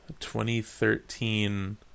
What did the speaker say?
2013